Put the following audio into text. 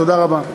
תודה רבה.